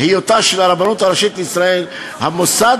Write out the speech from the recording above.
היותה של הרבנות הראשית לישראל המוסד